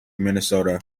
minnesota